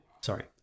sorry